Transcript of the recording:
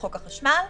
וחוק החשמל.